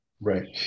Right